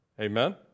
Amen